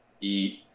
eat